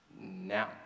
now